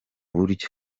buryo